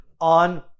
on